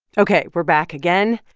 ok, we're back again.